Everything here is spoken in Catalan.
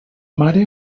mare